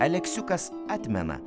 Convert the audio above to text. aleksiukas atmena